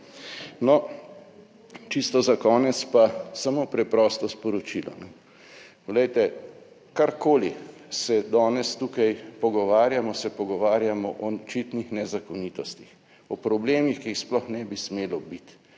No, čisto za konec pa samo preprosto sporočilo. Poglejte, karkoli se danes tukaj pogovarjamo, se pogovarjamo o očitnih nezakonitostih, o problemih, ki jih sploh ne bi smelo biti